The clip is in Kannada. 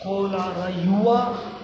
ಕೋಲಾರ ಯುವಾ